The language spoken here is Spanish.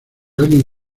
alguien